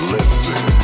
Listen